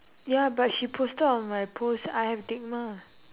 ya but she posted on my post I have LIGMA